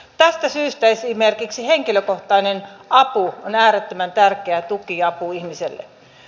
tästä syystä esimerkiksi henkilökohtainen apu on äärettömän tärkeä tukiapu ihmiselle